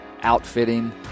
Outfitting